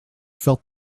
felt